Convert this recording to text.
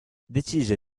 decise